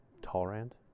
tolerant